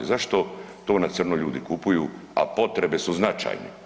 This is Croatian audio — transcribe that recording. Zašto to na crno ljudi kupuju, a potrebe su značajne?